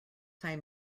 time